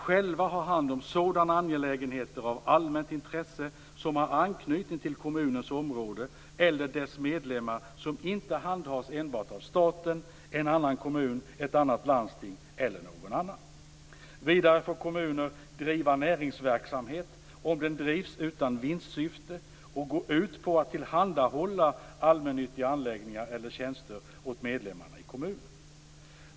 själva ha hand om sådana angelägenheter av allmänt intresse som har anknytning till kommunens område eller dess medlemmar som inte skall handhas enbart av staten, en annan kommun, ett annat landsting eller någon annan. Vidare får kommuner driva näringsverksamhet, om den drivs utan vinstsyfte och går ut på att tillhandahålla allmännyttiga anläggningar eller tjänster åt medlemmarna i kommunen.